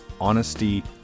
honesty